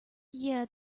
yeah